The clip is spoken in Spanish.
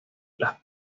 las